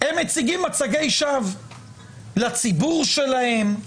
הם מציגים מצגי שווא לציבור שלהם,